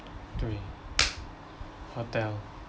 three hotel